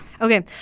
Okay